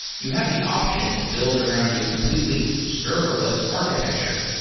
you have the option to build around a completely serverless architecture.